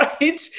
right